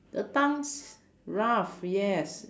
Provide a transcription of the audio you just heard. the tongue's rough yes